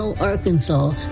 Arkansas